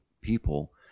people